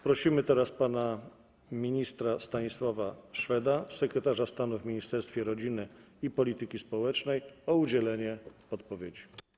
Prosimy teraz pana ministra Stanisława Szweda, sekretarza stanu w Ministerstwie Rodziny i Polityki Społecznej, o udzielenie odpowiedzi.